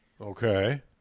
Okay